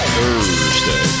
Thursday